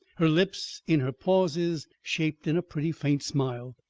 her lips in her pauses shaped in a pretty faint smile.